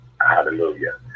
Hallelujah